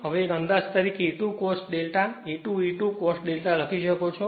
હવે એક અંદાજ તરીકે E2 cos ∂ E2 E2 cos ∂ લખી શકો છો